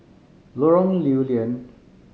Lorong Lew Lian